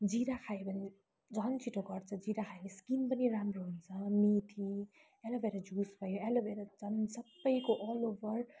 जिरा खायो भने झन् छिटो घट्छ जिरा खाएर स्किन पनि राम्रो हुन्छ मेथी एलोभेरा जुस भयो एलोभेरा त झन् सबको अल ओभर